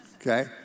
okay